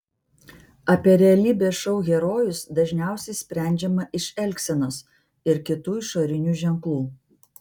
apie realybės šou herojus dažniausiai sprendžiama iš elgsenos ir kitų išorinių ženklų